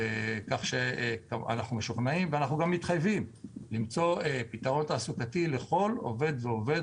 כך שאנחנו משוכנעים ומתחייבים למצוא פתרון תעסוקתי לכל עובד ועובד.